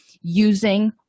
using